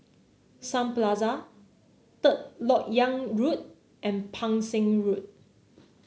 Sun Plaza Third LoK Yang Road and Pang Seng Road